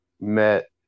met